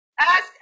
ask